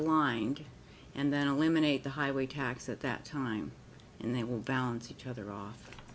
aligned and then eliminate the highway tax at that time and they will bounce each other off